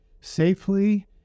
safely